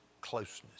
closeness